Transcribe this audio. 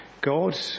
God